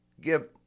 give